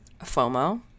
fomo